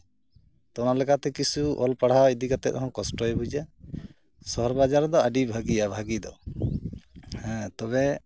ᱛᱚ ᱚᱱᱟ ᱞᱮᱠᱟᱛᱮ ᱠᱤᱪᱷᱩ ᱚᱞ ᱯᱟᱲᱦᱟᱣ ᱤᱫᱤ ᱠᱟᱛᱮᱫᱦᱚᱸ ᱠᱚᱥᱴᱚᱭ ᱵᱩᱡᱟ ᱥᱚᱦᱚᱨ ᱵᱟᱡᱟᱨ ᱨᱮᱫᱚ ᱟᱹᱰᱤ ᱵᱷᱟᱹᱜᱤᱭᱟ ᱵᱷᱟᱹᱜᱤ ᱫᱚ ᱦᱮᱸ ᱛᱚᱵᱮ